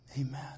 Amen